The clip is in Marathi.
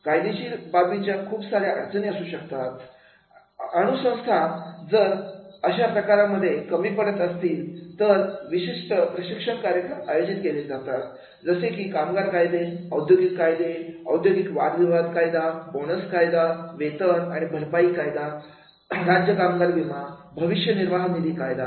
कायदेशीर बाबींच्या खूप साऱ्या अडचणी असू शकतात अनुः संस्था जर अशा प्रकारांमध्ये कमी पडत असतील तर विशिष्ट प्रशिक्षण कार्यक्रम आयोजित केले जातात जसे की कामगार कायदे औद्योगिक कायदे औद्योगिक वाद विवाद कायदा बोनस कायदा वेतन आणि भरपाई कायदा राज्य कामगार विमा भविष्य निर्वाह निधी कायदा